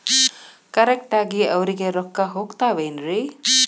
Correct ಆಗಿ ಅವರಿಗೆ ರೊಕ್ಕ ಹೋಗ್ತಾವೇನ್ರಿ?